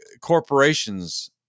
corporations